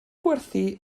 gwerthu